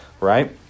Right